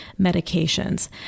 medications